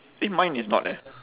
eh mine is not leh